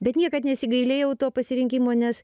bet niekad nesigailėjau to pasirinkimo nes